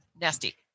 nasty